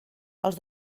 els